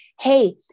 Hey